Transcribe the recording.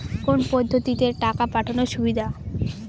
কোন পদ্ধতিতে টাকা পাঠানো সুবিধা?